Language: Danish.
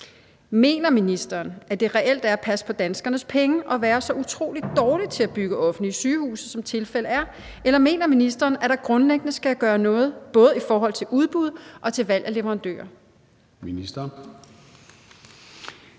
Mener ministeren, at det reelt er at passe på danskernes penge at være så utrolig dårlig til at bygge offentlige sygehuse, som tilfældet er? Eller mener ministeren, at der grundlæggende skal gøres noget både i forhold til udbud og til valg af leverandører?